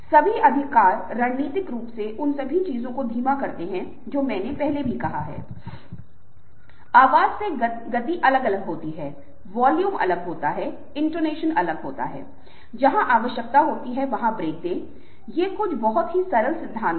अब वह चीज जो मैंने आपके साथ पहले ही साझा कर दी है लेकिन जो मैं जल्दी से यहाँ उठाऊंगा वह है नया मीडिया जो सॉफ्ट स्किल्स और कम्युनिकेशन के लिए बहुत प्रासंगिक है